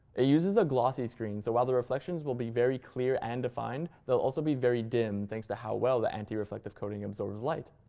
it uses a glossy screen, so while the reflections will be very clear and defined, they'll also be very dim, thanks to how well the anti-reflective coating absorbs light.